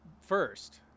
first